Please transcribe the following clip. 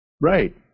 right